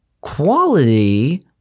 quality